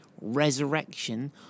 resurrection